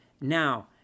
Now